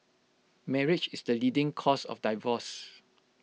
marriage is the leading cause of divorces